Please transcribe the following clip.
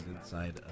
inside